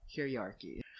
hierarchy